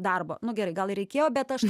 darbo nu gerai gal ir reikėjo bet aš